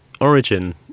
origin